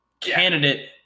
candidate